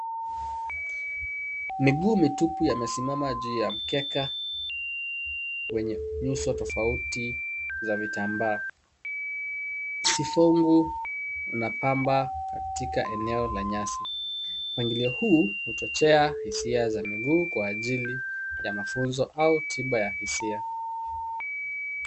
Miguu mitupu yamesimama juu ya mkeka wenye nyuso tofauti za vitambaa. Sifungu unapamba katika eneo la nyasi. Mpangilio huu huchochea hisia za miguu kwa ajili ya mafunzo au tiba za hisia.